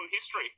history